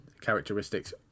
characteristics